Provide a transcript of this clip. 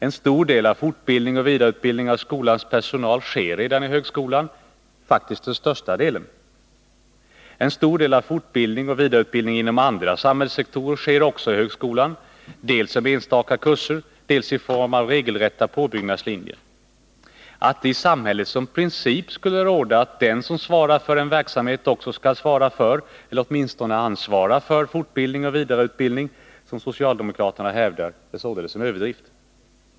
En stor del av fortbildning och vidareutbildning av skolans personal sker redan i högskolan — faktiskt den största delen. En stor del av fortbildning och vidareutbildning inom andra samhällssektorer sker också i högskolan, dels som enstaka kurser, dels i form av regelrätta påbyggnadslinjer. Att det i samhället som princip skulle råda att den som svarar för en verksamhet också skall svara för, eller åtminstone ansvara för, fortbildning och vidareutbildning, som socialdemokraterna hävdar, är således en överdrift.